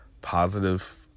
positive